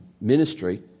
ministry